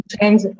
change